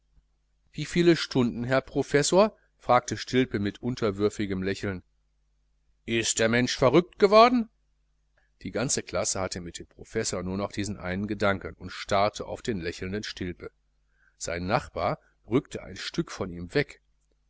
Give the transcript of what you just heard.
wie viel stunden herr professor fragte stilpe mit unterwürfigem lächeln ist der mensch verrückt geworden die ganze klasse hatte mit dem professor nur diesen einen gedanken und starrte auf den lächelnden stilpe sein nachbar rückte ein stück von ihm ab